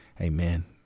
Amen